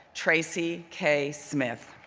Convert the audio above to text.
tracy k. smith.